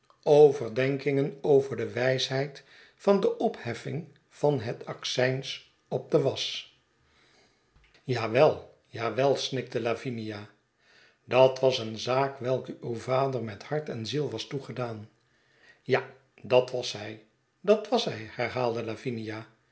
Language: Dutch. overdenkingen overde wijsheid van de opheffing van het acctjns op de was ja wel ja well snikte lavinia dat was een zaak welke uw vader met hart en ziei was toegedaan ja dat was hij dat was hij i herhaalde lavinia